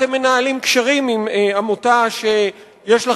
למה אתם מנהלים קשרים עם עמותה שיש לה